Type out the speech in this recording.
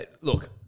Look